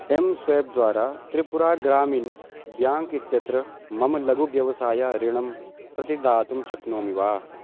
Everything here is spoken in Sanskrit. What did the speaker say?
एं स्वैप् द्वारा त्रिपुरा ग्रामिन् ब्याङ्क् इत्यत्र मम लघुव्यवसाय ऋणं प्रतिदातुं शक्नोमि वा